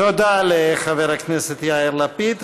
תודה לחבר הכנסת יאיר לפיד.